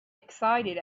excited